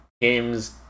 games